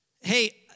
Hey